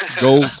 go